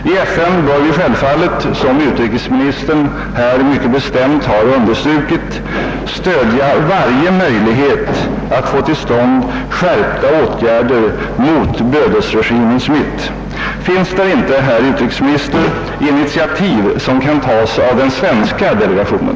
I FN bör vi självfallet, såsom utrikesministern nu mycket bestämt har understrukit, stödja varje möjlighet att få till stånd skärpta åtgärder mot bödelsregimen Smith. Finns det inte, herr utrikesminister, initiativ som kan tas av den svenska delegationen?